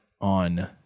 on